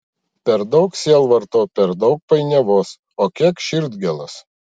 per daug sielvarto per daug painiavos o kiek širdgėlos